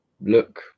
look